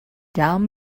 down